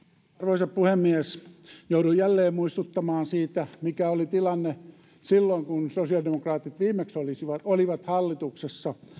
arvoisa puhemies joudun jälleen muistuttamaan siitä mikä oli tilanne silloin kun sosiaalidemokraatit viimeksi olivat hallituksessa